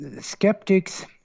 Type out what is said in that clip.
skeptics